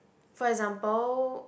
for example